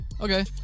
Okay